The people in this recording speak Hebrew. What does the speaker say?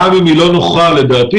גם אם היא לא נוחה לדעתי,